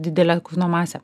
didelė kūno masė